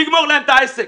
לגמור להם את העסק,